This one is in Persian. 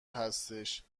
هستش